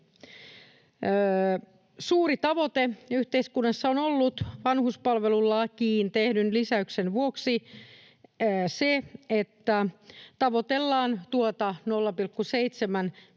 Suuri tavoite yhteiskunnassa on ollut vanhuspalvelulakiin tehdyn lisäyksen vuoksi se, että tavoitellaan tuota 0,7